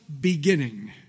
beginning